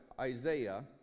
Isaiah